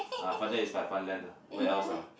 ah Fun Day is like fun land ah where else ah